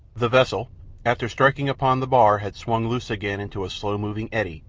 the vessel after striking upon the bar had swung loose again into a slow-moving eddy,